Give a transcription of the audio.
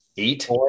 Eight